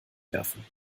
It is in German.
werfen